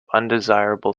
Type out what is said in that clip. undesirable